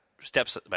steps